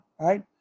right